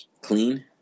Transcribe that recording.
clean